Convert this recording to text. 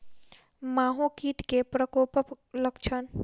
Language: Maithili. माहो कीट केँ प्रकोपक लक्षण?